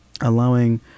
allowing